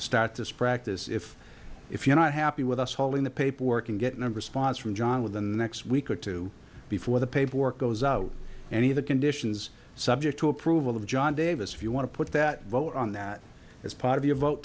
start this practice if if you're not happy with us holding the paperwork and get a number sponsor from john within the next week or two before the paperwork goes out any of the conditions subject to approval of john davis if you want to put that vote on that as part of your vote